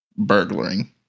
Burglaring